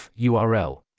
URL. (